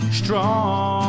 strong